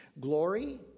Glory